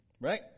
right